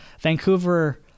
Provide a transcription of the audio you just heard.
Vancouver